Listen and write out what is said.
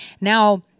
Now